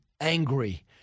angry